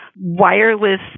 wireless